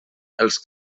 els